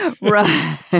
Right